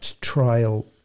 trial